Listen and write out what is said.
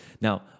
Now